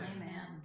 Amen